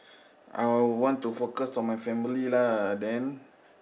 I would want to focus on my family lah then